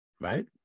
Right